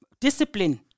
discipline